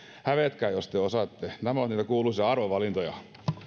hävetkää jos te osaatte nämä ovat niitä kuuluisia arvovalintoja